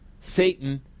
Satan